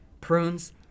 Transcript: prunes